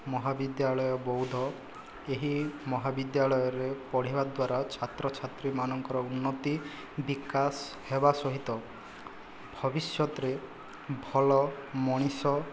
ମହାବିଦ୍ୟାଳୟ ବଉଦ ଏହି ମହାବିଦ୍ୟାଳୟରେ ପଢ଼ିବା ଦ୍ୱାରା ଛାତ୍ରଛାତ୍ରୀମାନଙ୍କର ଉନ୍ନତି ବିକାଶ ହେବା ସହିତ ଭବିଷ୍ୟତରେ ଭଲ ମଣିଷ